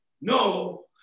no